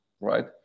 right